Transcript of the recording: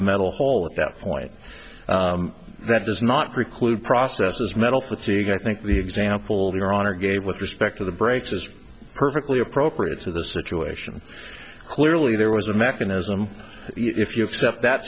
metal hole at that point that does not preclude processes metal fatigue i think the example your honor gave with respect to the brakes is perfectly appropriate to the situation clearly there was a mechanism if you accept that